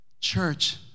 Church